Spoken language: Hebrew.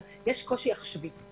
אבל יש קושי עכשווי.